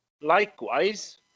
Likewise